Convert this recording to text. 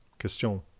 Question